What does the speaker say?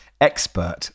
expert